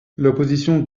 l’opposition